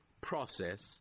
process